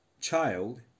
child